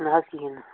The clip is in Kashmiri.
نہَ حظ کِہیٖنٛۍ نہٕ